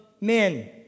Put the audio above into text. men